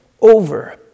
over